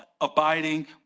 abiding